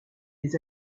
des